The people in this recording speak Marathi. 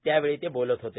त्यावेळी ते बोलत होते